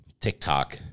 TikTok